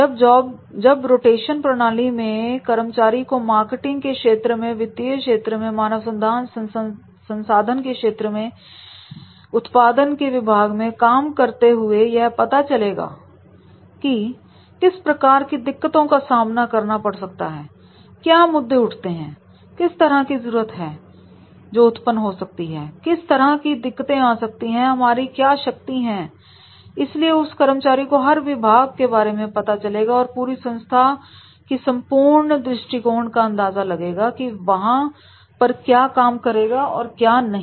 job rotation प्रणाली में कर्मचारी को मार्केटिंग के क्षेत्र में वित्तीय क्षेत्र में मानव संसाधन के क्षेत्र में उत्पादन के विभाग में काम करते हुए यह पता चलेगा कि किस प्रकार की दिक्कतों का सामना करना पड़ सकता है क्या मुद्दे उठते हैं किस तरह की जरूरत है उत्पन्न हो सकती हैं किस तरह की दिक्कतें आ सकती हैं हमारी क्या शक्ति हैं इसलिए उस कर्मचारी को हर विभाग के बारे में पता चलेगा और पूरी संस्था की संपूर्ण दृष्टिकोण का अंदाजा लगेगा की वहां पर क्या काम करेगा और क्या नहीं